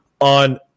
on